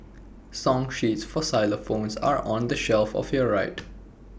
song sheets for xylophones are on the shelf of your right